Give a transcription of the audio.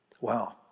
Wow